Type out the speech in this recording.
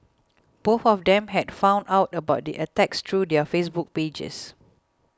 both of them had found out about the attacks through their Facebook pages